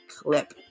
clip